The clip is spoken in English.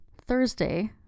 Thursday